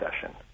session